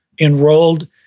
enrolled